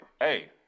hey